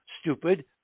stupid